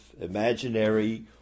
imaginary